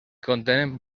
contenen